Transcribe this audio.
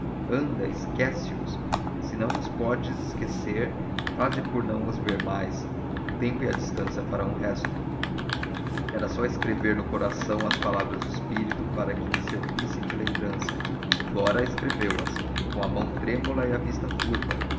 anda esquece os se os não podes esquecer faze por não os ver mais o tempo e a distância farão o resto tudo estava acabado era só escrever no coração as palavras do espírito para que lhe servissem de lembrança flora escreveu as com a mão trêmula e a vista turva